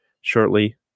shortly